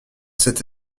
cet